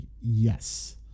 yes